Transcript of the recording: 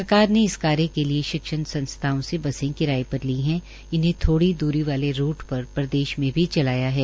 सरकार ने इस कार्य के लिए शिक्षण संस्थाओं से बसें किराए पर ली और इन्हे थोड़ी द्री वाले रूट पर प्रदेश में भी चलाया है